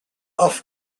off